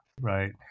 Right